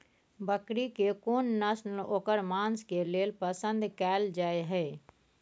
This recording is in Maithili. बकरी के कोन नस्ल ओकर मांस के लेल पसंद कैल जाय हय?